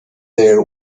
their